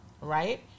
Right